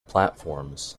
platforms